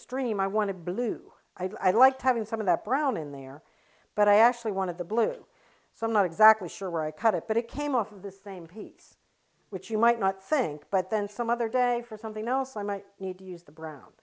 stream i want to blue i liked having some of that brown in there but i actually wanted the blue so i'm not exactly sure where i cut it but it came off of the same piece which you might not think but then some other day for something else i might need to use the brown